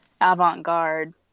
avant-garde